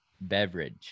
beverage